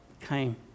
came